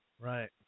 Right